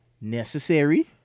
necessary